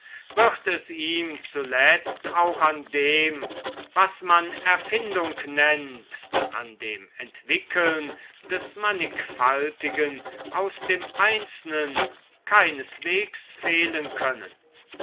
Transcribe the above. wird es ihm zuletzt auch an dem was man erfindung nennt an dem entwickeln des mannigfaltigen aus dem einzelnen keineswegs fehlen können